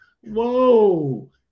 whoa